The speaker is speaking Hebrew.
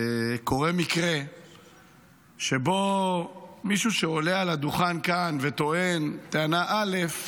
קורה מקרה שבו מישהו שעולה על הדוכן כאן וטוען טענה א'